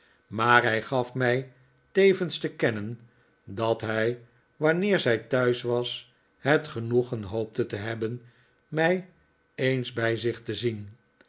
maar hij gaf mij tevens te kennen dat hij wanneer zij thuis was het genoegen hoopte te hebben mij eens bij zich te zien